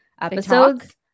episodes